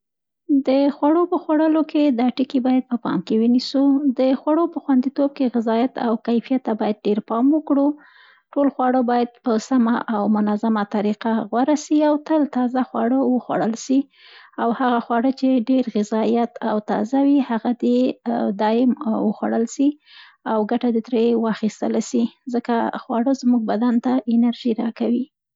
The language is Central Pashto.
د خوړو په غوره کې دا ټکي باید په پام کې ونیسو. د خوړو په خوندیتوب کې غذایت او کیفیت ته باید ډېر پام وکړو. ټول خواړه باید په سمه او منظمه طریقه غوره سي او تل تازه خواړه وخوړل سي او هغه خواړه چې ډېر غذایت او تازه وي، هغه دې دایم وخوړل سي او ګټه دې ترې واخیستله سي، ځکه خواړه زموږ بدن ته انرژي راکوي.